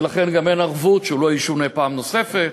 ולכן גם אין ערבות שהוא לא ישונה פעם נוספת,